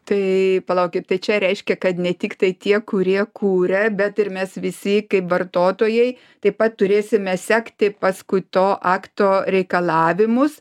tai palaukit tai čia reiškia kad ne tiktai tie kurie kūrė bet ir mes visi kaip vartotojai taip pat turėsime sekti paskui to akto reikalavimus